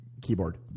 keyboard